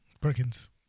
Perkins